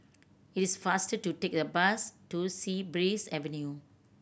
it is faster to take the bus to Sea Breeze Avenue